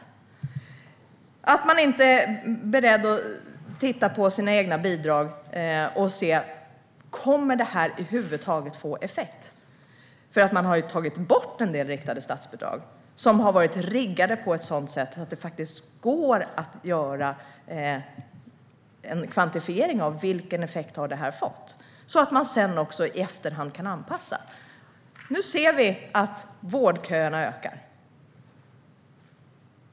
Varför är man inte beredd att se på de bidrag man beslutar om och se om de över huvud taget får effekt? Man har ju tagit bort en del statsbidrag där det har varit möjligt att kvantifiera den effekt de har haft. Nu ser vi att vårdköerna ökar.